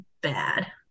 bad